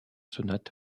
sonate